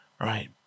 Right